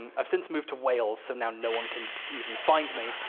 and i've since moved to wales, so now no one can even find me.